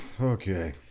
Okay